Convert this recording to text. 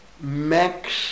Max